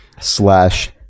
slash